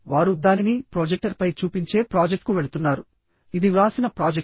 వారు దానిని ప్రొజెక్టర్పై చూపించే ప్రాజెక్ట్కు వెళుతున్నారు ఇది వ్రాసిన ప్రాజెక్ట్